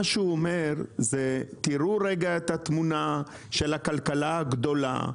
מה שהוא אומר זה שהאוצר צריך לראות את התמונה של הכלכלה הגדולה,